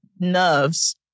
nerves